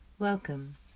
Welcome